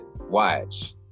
Watch